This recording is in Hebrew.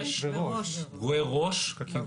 בראש.